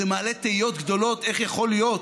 זה מעלה תהיות גדולות: איך יכול להיות